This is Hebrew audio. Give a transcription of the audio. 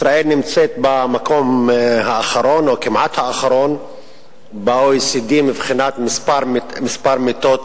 ישראל נמצאת במקום האחרון או כמעט אחרון ב-OECD מבחינת מספר מיטות